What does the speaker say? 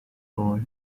boy